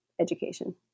education